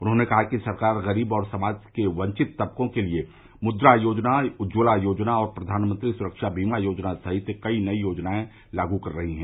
उन्होंने कहा कि सरकार गरीब और समाज के वंचित तबको के लिए मुद्रा योजना उज्ज्वला योजना और प्रधानमंत्री सुरक्षा बीमा योजना सहित कई योजनायें लागू कर रही है